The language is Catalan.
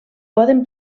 poden